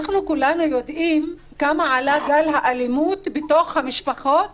כולנו יודעים בכמה עלה היקף האלימות בתוך המשפחות